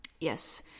Yes